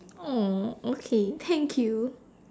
!aww! okay thank you